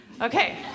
Okay